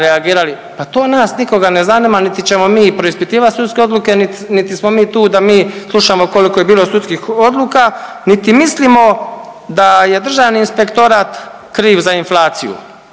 pa to nas nikoga ne zanima, niti ćemo mi proispitivat sudske odluke, niti, niti smo mi tu da mi slušamo koliko je bilo sudskih odluka, niti mislimo da je državni inspektorat kriv za inflaciju,